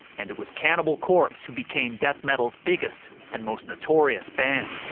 and it was cannibal corpse who became death metal's biggest and most notorious band.